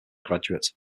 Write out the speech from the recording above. graduate